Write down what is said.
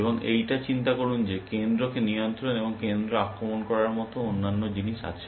এবং এইটা চিন্তা করুন যে কেন্দ্রকে নিয়ন্ত্রণ এবং কেন্দ্র আক্রমণ করার মত অন্যান্য জিনিস আছে